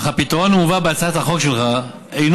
אך הפתרון המובא בהצעת החוק שלך אינו